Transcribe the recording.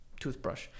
toothbrush